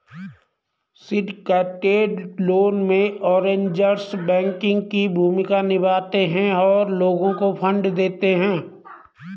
syndicated loan में, arrangers banking की भूमिका निभाते हैं और लोगों को फंड देते हैं